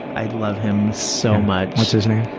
i love him so much. what's his name?